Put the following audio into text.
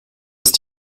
ist